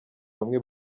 bamwe